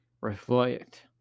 reflect